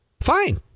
Fine